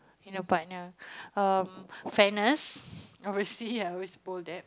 in a partner fairness obviously I always bold that